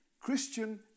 Christian